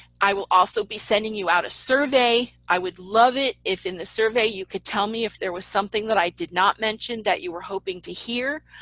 i will also be sending you out a survey. i would love it, if in the survey you could tell me if there was something that i did not mention that you were hoping to hear.